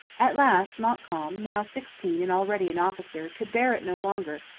at last montcalm, now sixteen and already an officer, could bear it no longer,